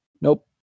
Nope